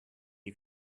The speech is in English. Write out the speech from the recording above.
you